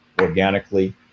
organically